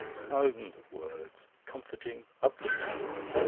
thousands of words, comforting, uplifting words,